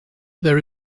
there